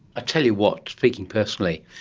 ah tell you what, speaking personally,